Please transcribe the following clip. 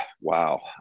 Wow